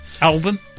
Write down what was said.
Album